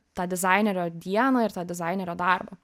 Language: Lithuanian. tą dizainerio dieną ir tą dizainerio darbą